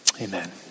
Amen